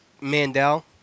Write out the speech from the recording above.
Mandel